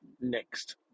next